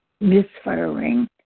misfiring